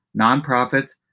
nonprofits